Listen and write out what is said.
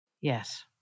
yes